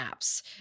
apps